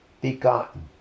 begotten